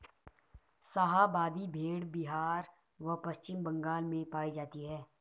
शाहाबादी भेड़ बिहार व पश्चिम बंगाल में पाई जाती हैं